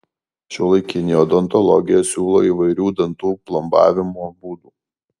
šiuolaikinė odontologija siūlo įvairių dantų plombavimo būdų